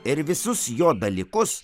ir visus jo dalykus